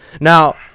Now